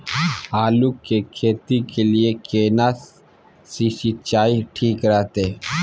आलू की खेती के लिये केना सी सिंचाई ठीक रहतै?